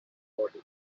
body